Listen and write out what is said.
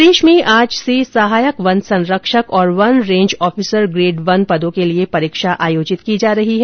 प्रदेश में आज से सहायक वन संरक्षक और वन रेन्ज ऑफिसर ग्रेड वन पदों के लिए परीक्षा आयोजित की जा रही है